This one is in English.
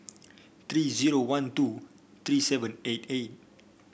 three zero one two three seven eight eight